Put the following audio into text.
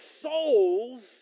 souls